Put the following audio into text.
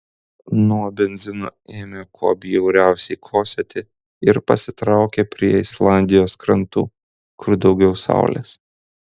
nuo benzino ėmė kuo bjauriausiai kosėti ir pasitraukė prie islandijos krantų kur daugiau saulės